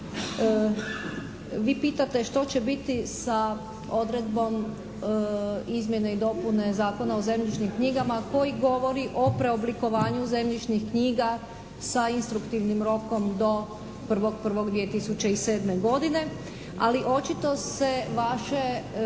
vi pitate što će biti sa odredbom izmjene i dopune Zakona o zemljišnim knjigama koji govori o preoblikovanju zemljišnih knjiga sa instruktivnim rokom do 1.1.2007. godine, ali očito se vaše pitanje,